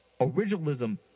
originalism